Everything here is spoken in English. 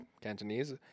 Cantonese